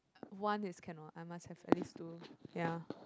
one is cannot I must have at least two ya